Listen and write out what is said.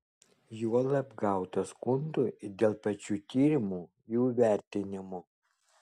juolab gauta skundų ir dėl pačių tyrimų jų vertinimo